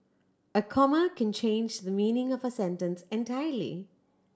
a comma can change the meaning of a sentence entirely